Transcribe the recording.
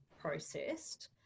processed